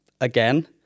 again